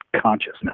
consciousness